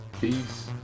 Peace